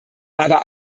aber